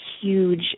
huge